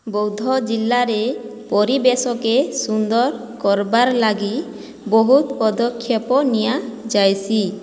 ବୌଦ୍ଧ ଜିଲ୍ଲାରେ ପରିବେଶକେ ସୁନ୍ଦର୍ କର୍ବାର୍ ଲାଗି ବହୁତ୍ ପଦକ୍ଷେପ ନିଆଯାଇସି